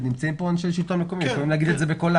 ונמצאים פה אנשי השלטון המקומי והם יכולים לומר את זה בקולם.